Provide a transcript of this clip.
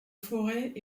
forêts